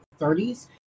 30s